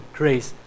grace